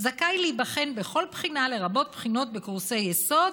זכאי להיבחן בכל בחינה, לרבות בחינות בקורסי יסוד,